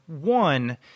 one